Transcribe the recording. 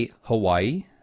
hawaii